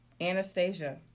Anastasia